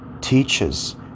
teaches